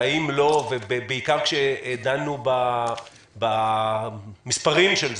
ובעיקר כשדנו במספרים של זה,